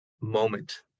moment